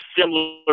similar